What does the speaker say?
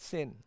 Sin